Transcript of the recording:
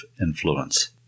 influence